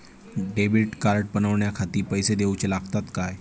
Debit card बनवण्याखाती पैसे दिऊचे लागतात काय?